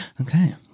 Okay